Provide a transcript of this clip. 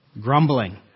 Grumbling